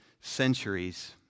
centuries